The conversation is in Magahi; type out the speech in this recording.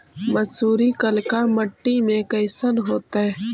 मसुरी कलिका मट्टी में कईसन होतै?